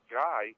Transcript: guy